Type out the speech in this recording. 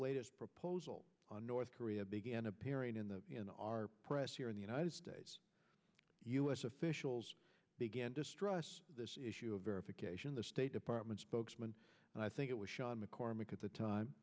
latest proposal on north korea began appearing in the press here in the united states u s officials began distrusts this issue of verification the state department spokesman and i think it was sean mccormack at the time